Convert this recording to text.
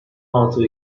altı